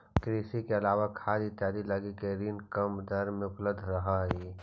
कृषि के अलावा खाद इत्यादि लगी भी ऋण कम दर पर उपलब्ध रहऽ हइ